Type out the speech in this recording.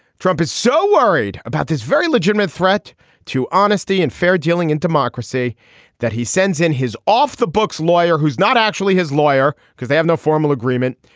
trump is so worried about this very legitimate threat to honesty and fair dealing in democracy that he sends in his off the books lawyer who is not actually his lawyer because they have no formal agreement.